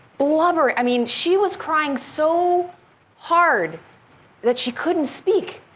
blubbering. i mean, she was crying so hard that she couldn't speak.